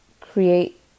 create